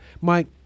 mike